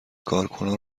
کارکنان